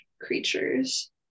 creatures